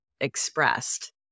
expressed